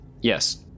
Yes